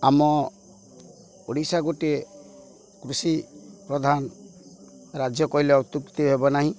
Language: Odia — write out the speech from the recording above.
ଆମ ଓଡ଼ିଶା ଗୋଟିଏ କୃଷି ପ୍ରଧାନ ରାଜ୍ୟ କହିଲେ ଅତ୍ୟୁକ୍ତି ହେବ ନାହିଁ